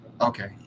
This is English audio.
Okay